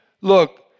look